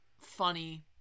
funny